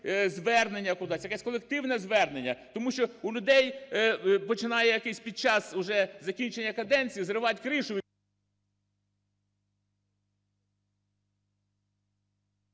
звернення кудись, якесь колективне звернення. Тому що у людей починає якось під час уже закінчення каденції зривати кришу